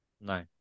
No